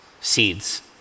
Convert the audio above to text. seeds